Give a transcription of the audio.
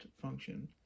function